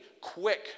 quick